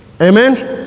Amen